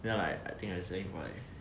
then I like I selling for like